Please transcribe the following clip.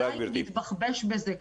דיי להתבחבש בזה כבר.